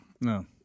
No